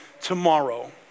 tomorrow